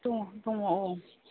दङ दङ औ